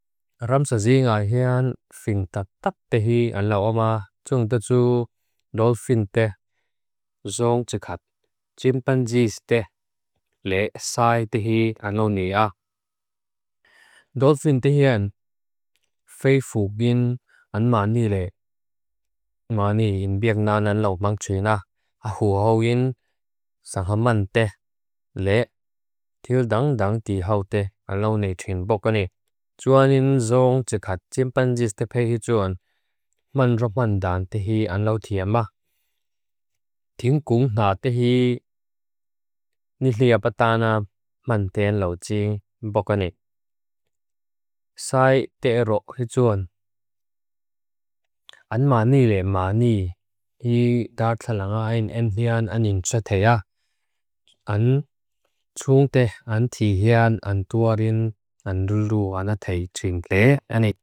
Ramsa ji nga hian fintatap tehi an lau oma, tung taju dolfin teh, zong tsekhat, chimpanzees teh, le sai tehi an lau ni a. Dolfin tehian, fei fukin an ma ni le, ma ni inbyek nan an lau mang chwin a, ahu hawin, sanghaman teh, le, til dang dang tihaw teh, an lau ni thinbokan ni. Tsuwanin zong tsekhat, chimpanzees teh pehi tsuwan, man rok man dan tehi an lau thia ma. Ting kung ha tehi, nili apatana, man tehan lau ching, nbokan it. Sai teh rok, tehi tsuwan, an ma ni le, ma ni, hi dar thalangain, en thian, an in chwe teh a. An, tsung teh, an thihian, an tuarin, an duru, an teh, chwing teh, an it.